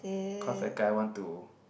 cause that guy want to